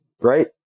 right